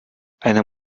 einer